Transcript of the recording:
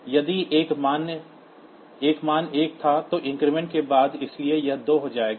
यदि एक मान 1 था तो इंक्रीमेंट के बाद इसलिए यह 2 हो जाएगा